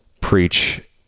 preach